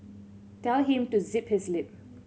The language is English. tell him to zip his lip